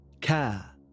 care